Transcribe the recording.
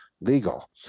legal